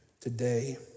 Today